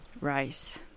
Rice